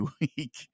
week